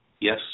Yes